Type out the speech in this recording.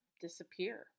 disappear